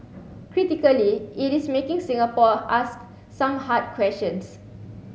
critically it is making Singapore ask some hard questions